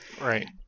right